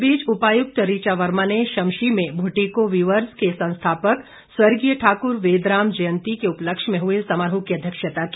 इस बीच उपायुक्त ऋचा वर्मा ने शमशी में भुट्टिको वीवर्ज के संस्थापक स्वर्गीय ठाकुर वेदराम जयंती के उपलक्ष्य में हुए समारोह की अध्यक्षता की